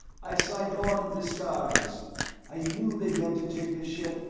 i signed on in disguise i knew they meant to take the ship,